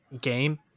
game